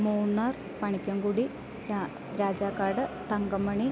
Munnar Panikkankudi Rajakkad Thankamani